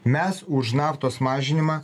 mes už naftos mažinimą